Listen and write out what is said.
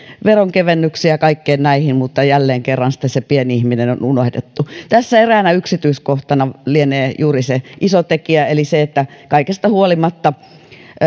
veronkevennyksiin ja kaikkiin näihin mutta jälleen kerran se pieni ihminen on on unohdettu tässä eräänä yksityiskohtana lienee juuri se iso tekijä eli se että kaikesta huolimatta